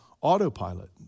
autopilot